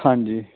ਹਾਂਜੀ